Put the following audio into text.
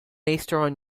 eastern